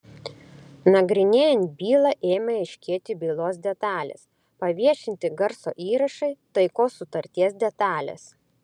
nagrinėjant bylą ėmė aiškėti bylos detalės paviešinti garso įrašai taikos sutarties detalės